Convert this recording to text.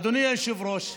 אדוני היושב-ראש.